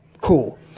Cool